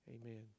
Amen